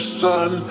sun